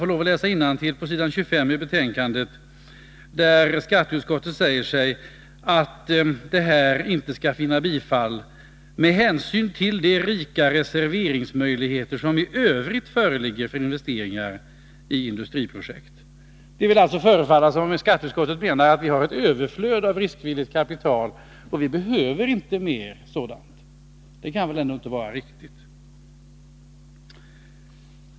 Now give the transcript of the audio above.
När utskottet på s. 25 i betänkandet avstyrker motionen har man följande motivering: ”—-—- med hänsyn till de rika reservationsmöjligheter som i övrigt föreligger för investeringar i industriprojekt ——-”. Det förefaller som om skatteutskottet menar att vi har ett överflöd av riskvilligt kapital och att vi inte behöver mera sådant. Det kan väl inte vara riktigt.